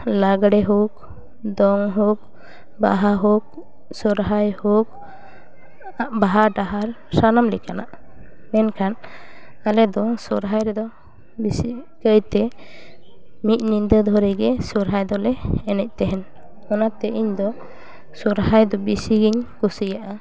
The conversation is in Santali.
ᱞᱟᱜᱽᱬᱮ ᱦᱳᱠ ᱫᱚᱝ ᱦᱳᱠ ᱵᱟᱦᱟ ᱦᱳᱠ ᱥᱚᱨᱦᱟᱭ ᱦᱳᱠ ᱵᱟᱦᱟ ᱰᱟᱦᱟᱨ ᱥᱟᱱᱟᱢ ᱞᱮᱠᱟᱱᱟᱜ ᱢᱮᱱᱠᱷᱟᱱ ᱟᱞᱮ ᱫᱚ ᱥᱚᱨᱦᱟᱭ ᱨᱮᱫᱚ ᱵᱤᱥᱤ ᱠᱟᱹᱭᱛᱮ ᱢᱤᱫ ᱧᱤᱫᱟᱹ ᱫᱷᱚᱨᱮ ᱜᱮ ᱥᱚᱨᱦᱟᱭ ᱫᱚᱞᱮ ᱮᱱᱮᱡ ᱛᱟᱦᱮᱱ ᱚᱱᱟ ᱛᱮ ᱤᱧ ᱫᱚ ᱥᱚᱨᱦᱟᱭ ᱫᱚ ᱵᱤᱥᱤᱜᱧ ᱠᱩᱥᱤᱭᱟᱜᱼᱟ